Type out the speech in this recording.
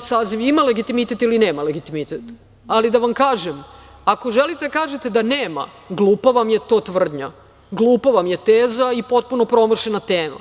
saziv ima legitimitet ili nema legitimitet. Ali, da vam kažem, ako želite da kažete da nema, glupa vam je to tvrdnja. Glupa vam je teza i potpuno promašena tema